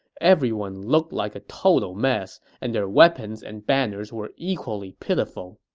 everyone looked like a total mess, and their weapons and banners were equally pitiful.